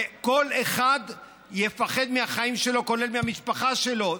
ושכל אחד יפחד על החיים שלו, כולל על המשפחה שלו.